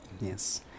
Yes